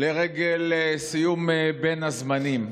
לרגל סיום בין הזמנים.